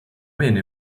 meno